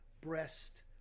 breast